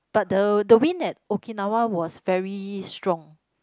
but the the wind at Okinawa was very strong